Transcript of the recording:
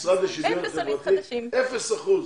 אפס אחוז.